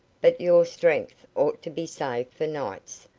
but your strength ought to be saved for nights.